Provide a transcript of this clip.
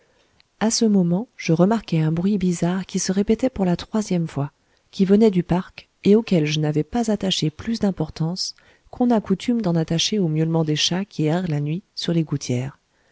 à ce moment je remarquai un bruit bizarre qui se répétait pour la troisième fois qui venait du parc et auquel je n'avais pas attaché plus d'importance qu'on n'a coutume d'en attacher au miaulement des chats qui errent la nuit sur les gouttières